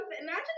Imagine